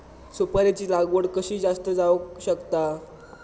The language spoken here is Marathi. सुपारीची लागवड कशी जास्त जावक शकता?